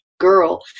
girl